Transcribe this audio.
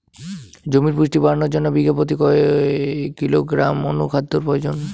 জমির পুষ্টি বাড়ানোর জন্য বিঘা প্রতি কয় কিলোগ্রাম অণু খাদ্যের প্রয়োজন?